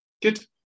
good